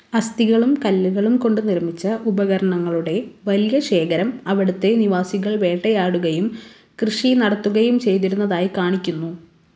അസ്ഥികളും കല്ലുകളും കൊണ്ട് നിർമ്മിച്ച ഉപകരണങ്ങളുടെ വലിയ ശേഖരം അവിടുത്തെ നിവാസികൾ വേട്ടയാടുകയും കൃഷി നടത്തുകയും ചെയ്തിരുന്നതായി കാണിക്കുന്നു